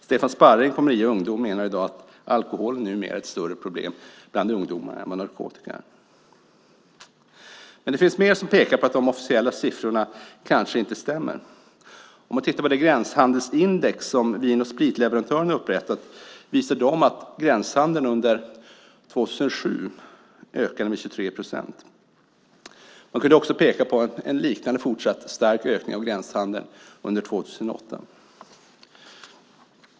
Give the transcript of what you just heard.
Stefan Sparring på Maria Ungdom menar att alkoholen numera är ett större problem bland ungdomar än vad narkotikan är. Det finns mer som pekar på att de officiella siffrorna kanske inte stämmer. Om man tittar på det gränshandelsindex som vin och spritleverantörerna har upprättat visar det att gränshandeln under 2007 ökade med 23 procent. Man kunde också peka på en liknande fortsatt stark ökning av gränshandeln under 2008.